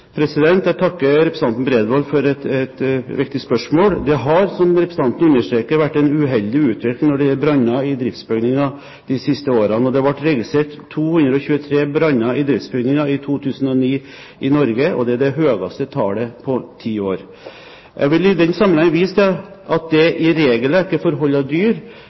Jeg takker representanten Bredvold for et viktig spørsmål. Det har, som representanten understreker, vært en uheldig utvikling når det gjelder branner i driftsbygninger de siste årene. Det ble i Norge registrert 223 branner i driftsbygninger i 2009, og det er det høyeste tallet på ti år. Jeg vil i den sammenhengen vise til at det i regelverket for hold av dyr,